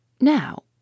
Now